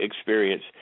experience